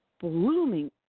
blooming